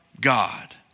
God